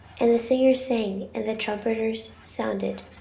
and the singers sang, and the trumpeters sounded